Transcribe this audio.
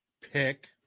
pick